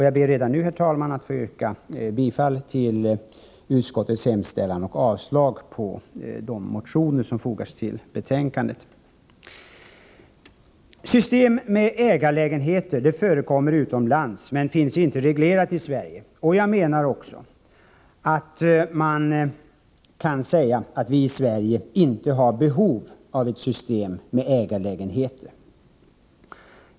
Jag ber redan nu, herr talman, att få yrka bifall till utskottets hemställan och avslag på de reservationer som fogats till betänkandet. System med ägarlägenheter förekommer utomlands men finns inte reglerat i Sverige. Jag menar att man kan hävda att vi i Sverige inte har behov av ett system med ägarlägenheter.